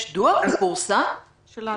יש דו"ח שפורסם של התרגיל?